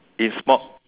in small